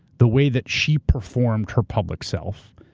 the way that she performed her public self,